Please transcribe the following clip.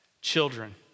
children